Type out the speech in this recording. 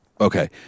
Okay